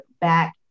back